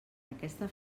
aquesta